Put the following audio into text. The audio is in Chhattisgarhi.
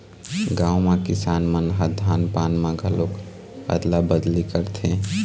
गाँव म किसान मन ह धान पान म घलोक अदला बदली करथे